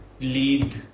Lead